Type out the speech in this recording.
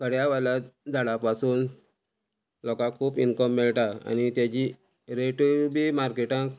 कड्या वाला झाडां पासून लोकांक खूब इन्कम मेळटा आनी तेजी रेटूय बी मार्केटाक